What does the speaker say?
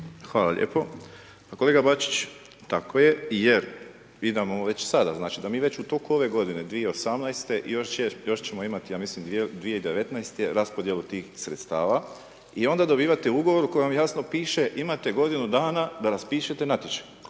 Hvala lijepo. Pa, kolega Bačić, tako je, jer …/Govornik se ne razumije/…sada, znači, da mi već u toku ove godine 2018.-te još ćemo imati, ja mislim, 2019.-te, raspodjelu tih sredstava. I onda dobivate Ugovor u kojem jasno piše, imate godinu dana da raspišete natječaj